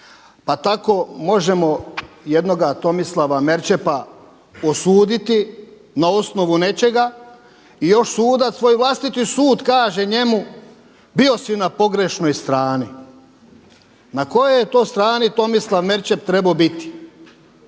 Pa tako možemo jednoga Tomislava Merčepa osuditi na osnovu nečega i još sudac svoj vlastiti sud kaže njemu bio si na pogrešnoj strani. Na kojoj je to strani Tomislav Merčep trebao biti?